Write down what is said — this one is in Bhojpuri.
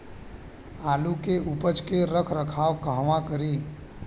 आलू के उपज के रख रखाव कहवा करी?